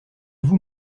vous